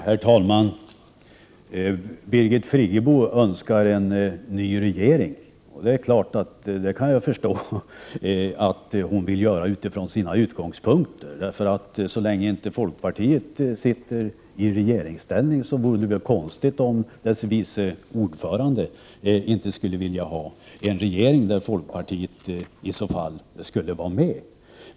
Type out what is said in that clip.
Herr talman! Birgit Friggebo önskar en ny regering. Det kan jag naturligtvis förstå att hon gör utifrån sina utgångspunkter. Så länge folkpartiet inte sitter i regeringsställning vore det väl konstigt om dess vice ordförande inte ville ha en regering där folkpartiet skulle vara med.